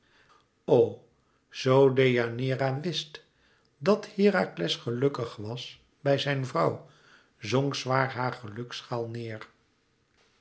zoo deianeira wist dat herakles gelukkig was bij zijn vrouw zonk zwaar haar geluksschaal neêr